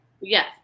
Yes